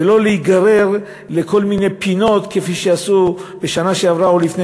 ולא להיגרר לכל מיני פינות כפי שעשו בשנה שעברה או לפני